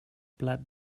plat